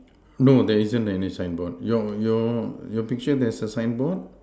no there isn't any sign board your your your picture there is a signboard